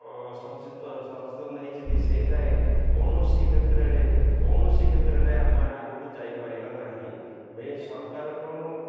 ସଚେତନ ହୋଇଛନ୍ତି ସେ ଯାଏଁ କୌଣସି କ୍ଷେତ୍ରରେ କୌଣସି କ୍ଷେତ୍ରରେ ଆମେ ଆଗକୁ ଯାଇପାରିବା ନାହିଁ ମୋ ସରକାର କ'ଣ